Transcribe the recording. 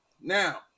Now